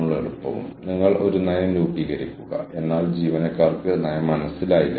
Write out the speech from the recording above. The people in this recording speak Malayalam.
ഒപ്പം വെല്ലുവിളി നിറഞ്ഞ ജോലിക്കായി ജീവനക്കാർക്ക് പുതിയ അവസരങ്ങൾ നൽകുന്നു